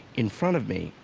in front of me,